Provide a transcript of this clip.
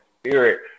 Spirit